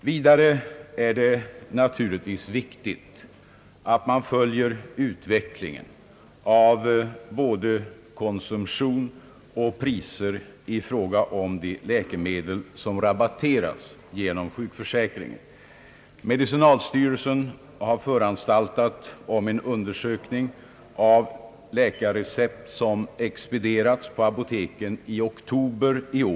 Vidare är det naturligtvis viktigt att man följer utvecklingen av både konsumtion och priser i fråga om de läkemedel som rabatteras genom sjukförsäkringen. Medicinalstyrelsen har föranstaltat om en undersökning av läkarrecept som expedierats av apoteken i oktober i år.